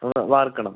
ഒന്ന് വാർക്കണം